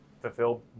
fulfilled